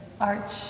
arch